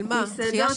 לחכות